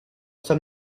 sta